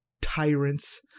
tyrants